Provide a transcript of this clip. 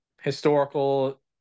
historical